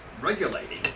regulating